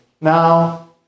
now